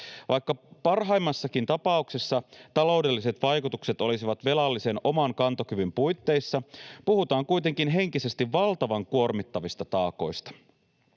Vaikka parhaimmassakin tapauksessa taloudelliset vaikutukset olisivat velallisen oman kantokyvyn puitteissa, puhutaan kuitenkin henkisesti valtavan kuormittavista taakoista.